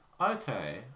Okay